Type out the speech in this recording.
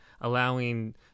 allowing